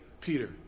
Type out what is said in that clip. Peter